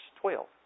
twelve